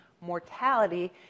mortality